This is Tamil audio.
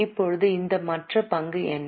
இப்போது இந்த மற்ற பங்கு என்ன